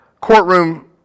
courtroom